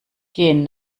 gehen